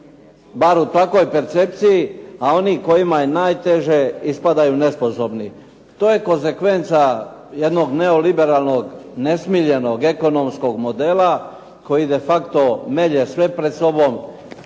bar u takvoj percepciji, a oni kojima je najteže ispadaju nesposobni. To je konzekvenca jednog neoliberalnog nesmiljenog ekonomskog modela koji de facto melje sve pred sobom